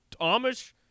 Amish